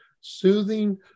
soothing